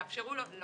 יאפשרו לו.